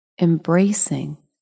embracing